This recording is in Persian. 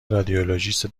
رادیولوژیست